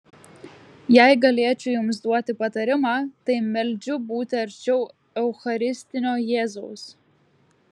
jei galėčiau jums duoti patarimą tai meldžiu būti arčiau eucharistinio jėzaus